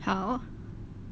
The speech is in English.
好